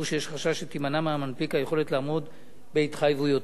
שתימנע מהמנפיק היכולת לעמוד בהתחייבויותיו.